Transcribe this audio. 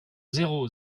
zéro